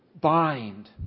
bind